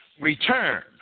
return